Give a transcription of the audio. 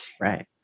Right